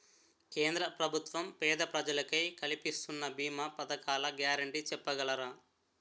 కేంద్ర ప్రభుత్వం పేద ప్రజలకై కలిపిస్తున్న భీమా పథకాల గ్యారంటీ చెప్పగలరా?